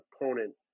opponent